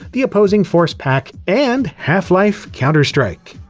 the opposing force pack, and half-life counter-strike.